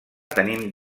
tenim